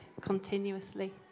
continuously